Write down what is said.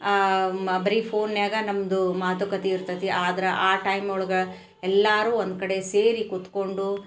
ಬರೀ ಫೋನ್ನ್ಯಾಗೆ ನಮ್ಮದು ಮಾತುಕತೆ ಇರ್ತತೆ ಆದ್ರೆ ಆ ಟೈಮ್ನೊಳಗೆ ಎಲ್ಲರು ಒಂದುಕಡೆ ಸೇರಿ ಕೂತುಕೊಂಡು